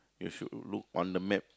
you should look on the map